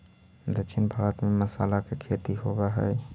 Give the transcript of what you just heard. दक्षिण भारत में मसाला के खेती होवऽ हइ